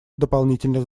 дополнительных